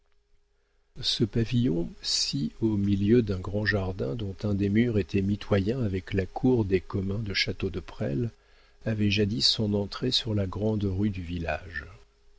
ce pavillon sis au milieu d'un grand jardin dont un des murs était mitoyen avec la cour des communs du château de presles avait jadis son entrée sur la grande rue du village